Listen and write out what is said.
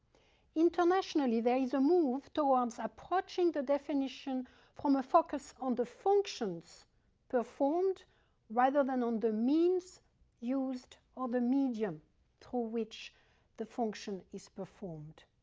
internationally, there is a move towards approaching the definition from a focus on the functions performed rather than on the means used or the medium through which the function is performed.